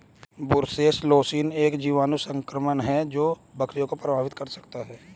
brucellosis एक जीवाणु संक्रमण है जो बकरियों को प्रभावित कर सकता है